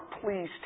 please